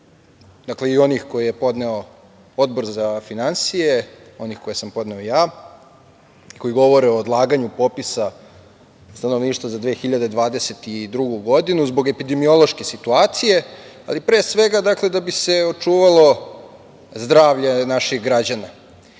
i onih koje je podneo Odbor za finansije i onih koje sam podneo ja, koji govore o odlaganju popisa stanovništva za 2022. godinu zbog epidemiološke situacije, ali pre svega da bi se očuvalo zdravlje naših građana. Tako